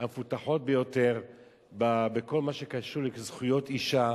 המפותחות ביותר בכל מה שקשור לזכויות אשה,